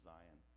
Zion